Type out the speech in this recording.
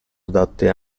adatte